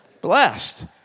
Blessed